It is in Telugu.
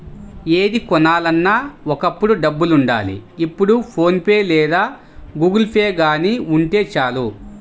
ఏది కొనాలన్నా ఒకప్పుడు డబ్బులుండాలి ఇప్పుడు ఫోన్ పే లేదా గుగుల్పే గానీ ఉంటే చాలు